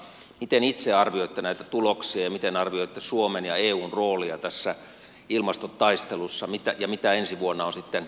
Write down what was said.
miten itse arvioitte näitä tuloksia ja miten arvioitte suomen ja eun roolia tässä ilmastotaistelussa ja mitä ensi vuonna on sitten odotettavissa